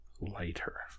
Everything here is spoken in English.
lighter